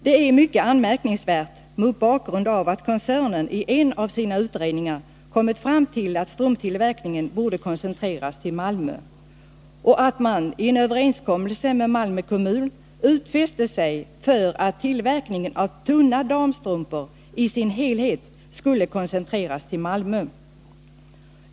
Det är mycket anmärkningsvärt mot bakgrund av att koncernen i en av sina utredningar kommit fram till att strumptillverkningen borde koncentreras till Malmö och att man i en överenskommelse med Malmö kommun utfäst sig att tillverkningen av tunna damstrumpor i sin helhet skulle koncentreras till Malmö.